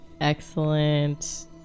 Excellent